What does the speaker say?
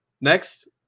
Next